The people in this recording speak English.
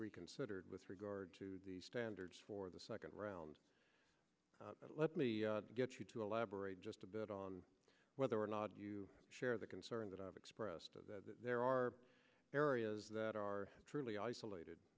reconsidered with regard to the standards for the second round but let me get you to elaborate just a bit on whether or not you share the concern that i've expressed there are areas that are truly isolated